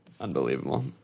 Unbelievable